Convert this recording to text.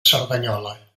cerdanyola